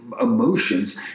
emotions